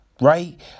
Right